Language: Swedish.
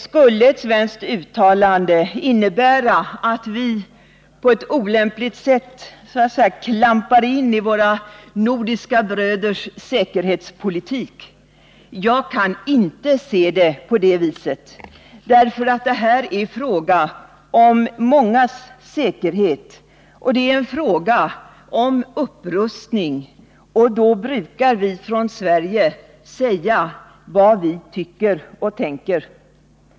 Skulle ett svenskt uttalande innebära att vi på ett olämpligt sätt klampade in i våra nordiska bröders säkerhetspolitik? Jag kan inte se det på det viset, därför att det är en fråga om mångas säkerhet — och en fråga om upprustning. Och då brukar vi från Sverige säga vad vi tycker och tänker.